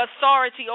authority